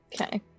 Okay